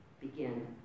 begin